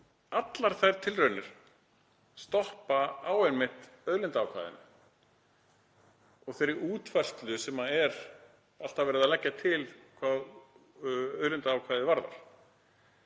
allar þær tilraunir stoppa einmitt á auðlindaákvæðinu og þeirri útfærslu sem alltaf er verið að leggja til hvað auðlindaákvæðið varðar.